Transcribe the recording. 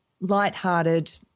lighthearted